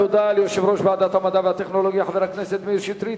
תודה ליושב-ראש ועדת המדע והטכנולוגיה חבר הכנסת מאיר שטרית.